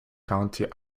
county